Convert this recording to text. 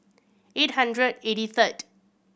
eight hundred eighty third